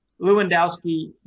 Lewandowski